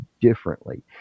differently